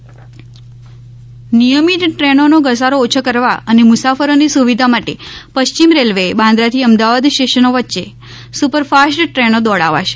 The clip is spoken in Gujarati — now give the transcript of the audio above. વિશેષ ટ્રેન નિયમિત દ્રેનોનો ધસારો ઓછે કરવા અને મુસાફરોની સુવિધા માટે પશ્ચિમ રેલ્વેએ બાંદ્રરાથી અમદાવાદ સ્ટેશનો વચ્ચે સુપરફાસ્ટ ટ્રેનો દોડાવાશે